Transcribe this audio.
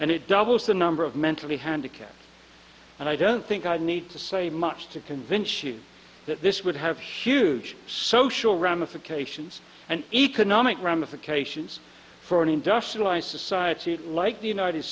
and it doubles the number of mentally handicapped and i don't think i need to say much to convince you that this would have huge social ramifications and economic ramifications for an industrialized society like the united